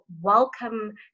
welcome